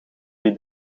die